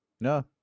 No